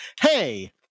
Hey